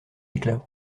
éclat